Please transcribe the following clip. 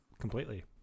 completely